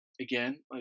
Again